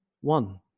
One